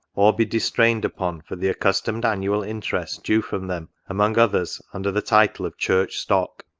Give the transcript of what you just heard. or be distrained upon, for the accustomed an nual interest due from them, among others, under the title of church stock